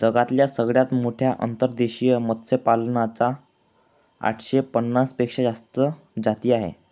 जगातल्या सगळ्यात मोठ्या अंतर्देशीय मत्स्यपालना च्या आठशे पन्नास पेक्षा जास्त जाती आहे